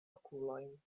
okulojn